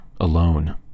alone